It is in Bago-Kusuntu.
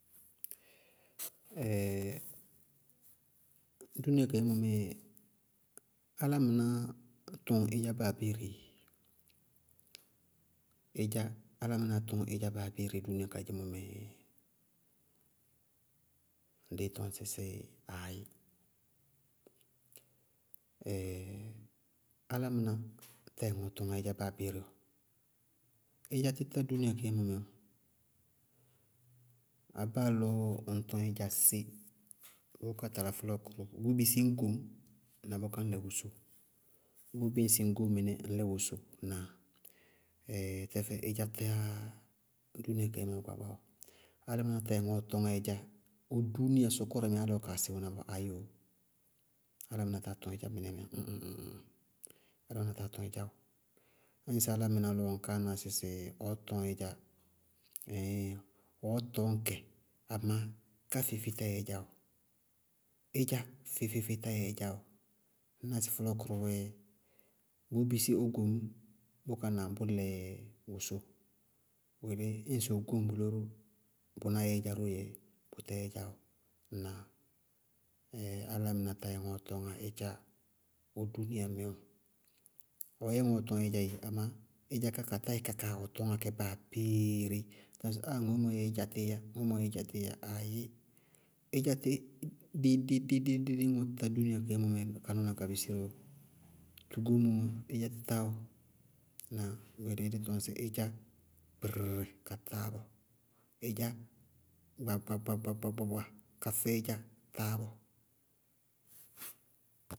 dúúnia kadzémɔ mɛ álámɩnáá tɔñ ídzá báa abéeré. Ídzá, álámɩnáá tɔñ ídzá báa abéeré dúúnia kadzémɔ mɛɛ? Dɩí tɔñ sɩsɩ aayí, álámɩná táyɛ ŋɔɔɔ tɔñŋá ídzá báa abéeré bɔɔ. Ídzátí tá dúúnia kadzé mɛ bɔɔ. Abáa lɔɔ ñŋ tɔñ ídzá sé, bʋʋ kɔní kaa tala fɔlɔɔkʋrʋ, bʋʋ bisí ñ goñ na bʋká ñ lɛ bʋʋ suúru. Ŋnáa? tɛfɛ ídzá tá dúúnia kadzé mɛ gbaagba bɔɔ. Álámɩná tá yɛ ŋɔɔɔ tɔñŋá ídzá ɔ dúúnia sɔkɔrɛ mɛ álɩ ɔ kaa sɩwʋ ná bɔɔ, aayí yóó. Álámɩná táa tɔñ ídzá mɩnɛ bɔɔ ñ ŋ ñ ŋ, álámɩná táa tɔñ ídzá bɔɔ ñŋsɩ álámɩná lɔ ŋ káanaá sɩsɩ ɔɔ tɔñ ídzá, ɔɔ tɔñ kɛ, amá ká feé-feé tá yɛ ídzá ɔɔ. Ídzá feé-feé-feé-feé táyɛ ídzá ɔɔ. Ŋñná sɩ fɔlɔɔ kʋrʋ wɛ bʋʋ bisí ɔ goñʋ, bʋká na bʋlɛ wosóo. Bʋ yelé ñŋsɩ ɔ goñ bʋná ró bʋná yɛ ídzá róó yɛyɛ bʋtá yake, ŋnáa? álámɩná táyɛ ŋɔɔɔ tɔñŋá ídzá ɔ dúúnia mɛ ɔɔ. Ɔ yɛ ŋɔɔɔ tɔñŋá ídzá yéé amá ka tá yɛ kaá ɔɔ tɔñŋá kɛ báa abéeré ɔɔ bá tɔŋ sɩ áá ŋoémɔ mɔɔ yɛ ídzátíyá aayí, ídzátí déi-déi-déi-déi ñŋɔ tá dúúnia kadzé mɔ mɛ ka nɔɔ na ka bisire bɔɔ, tugómoó wá, ídzá táá ɔɔ. Bʋ yelé dɩí tɔñ dɩ ídzá kpɩrɩrɩrɩrɩ, ka táá bɔɔ. Ídzá gbaagba-gbaagba-gbaagba ke feé-feé dzá, ka táá bɔɔ.